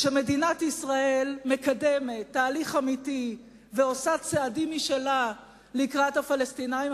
כשמדינת ישראל מקדמת תהליך אמיתי ועושה צעדים משלה לקראת הפלסטינים.